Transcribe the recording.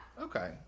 okay